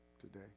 today